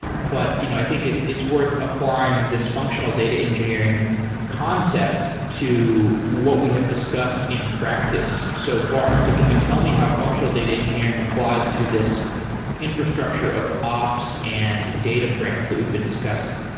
but you know i think it's it's worth applying this functional data engineering concept to what we have discussed in practice so far. so can you tell me how functional data engineering applies to this infrastructure of ops and data frames that we've been discussing?